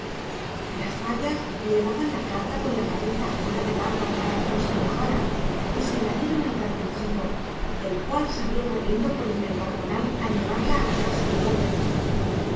las rayas llevaban la carta con la cabeza afuera del agua para que no se mojara y se la dieron al carpinchito el cual salió corriendo por entre el pajonal a llevarla a la casa del hombre